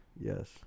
yes